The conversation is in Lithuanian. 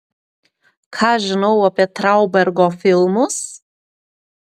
ką žinau apie traubergo filmus